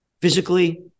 Physically